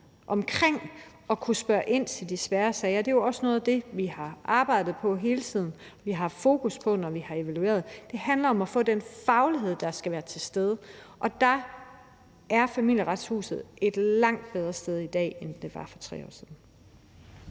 omkring at kunne spørge ind til de svære sager. Det er jo også noget af det, vi har arbejdet på hele tiden, og som vi har haft fokus på, når vi har evalueret. Det handler om at få den faglighed, der skal være til stede, og der er Familieretshuset et langt bedre sted i dag, end det var for 3 år siden.